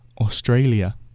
australia